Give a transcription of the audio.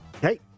Hey